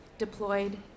deployed